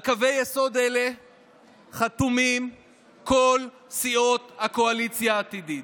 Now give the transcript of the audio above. על קווי יסוד אלה חתומים כל סיעות הקואליציה העתידית.